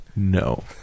No